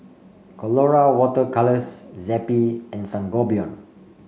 Colora Water Colours Zappy and Sangobion